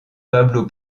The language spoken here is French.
pablo